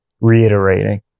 reiterating